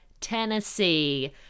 Tennessee